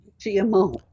gmo